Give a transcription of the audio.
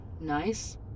nice